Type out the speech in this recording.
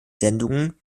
sendungen